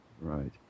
Right